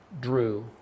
Drew